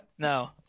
No